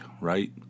right